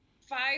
five